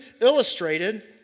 illustrated